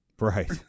Right